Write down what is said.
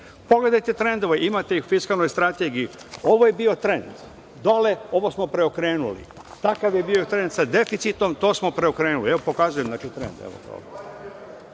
Pogledajte trendove, imate ih u fiskalnoj strategiji, ovo je bio trend, vidite, ovo smo preokrenuli. Takav je bio trend sa deficitom, to smo preokrenuli. Evo, pokazujem